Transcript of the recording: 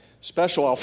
special